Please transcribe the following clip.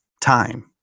time